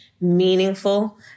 meaningful